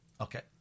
Okay